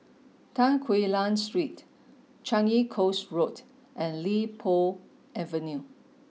Tan Quee Lan Street Changi Coast Road and Li Po Avenue